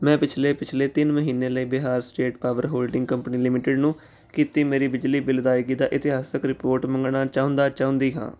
ਮੈਂ ਪਿਛਲੇ ਪਿਛਲੇ ਤਿੰਨ ਮਹੀਨੇ ਲਈ Bihar state power holding company limited ਨੂੰ ਕੀਤੀ ਮੇਰੀ ਬਿਜਲੀ ਬਿੱਲ ਅਦਾਇਗੀ ਦਾ ਇਤਿਹਾਸਕ ਰਿਪੋਰਟ ਮੰਗਣਾ ਚਾਹੁੰਦਾ ਚਾਹੁੰਦੀ ਹਾਂ